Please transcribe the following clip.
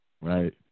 right